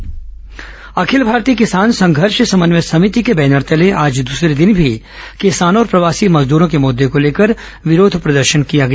किसान संघर्ष समन्वय समिति प्रदर्शन अखिल भारतीय किसान संघर्ष समन्वय समिति के बैनर तले आज दूसरे दिन भी किसानों और प्रवासी मजदूरों के मुद्दे को लेकर विरोध प्रदर्शन किया गया